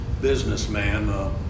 businessman